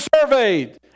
surveyed